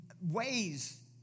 ways